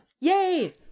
Yay